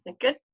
good